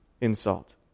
insult